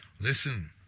Listen